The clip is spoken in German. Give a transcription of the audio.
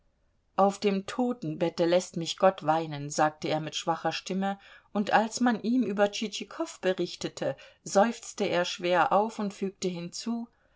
auf dem totenbette läßt mich gott weinen sagte er mit schwacher stimme und als man ihm über tschitschikow berichtete seufzte er schwer auf und fügte hinzu